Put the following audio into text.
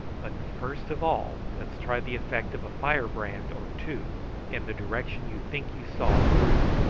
but first of all let's try the effect of a firebrand or two in the direction you think you saw the brute.